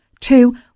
two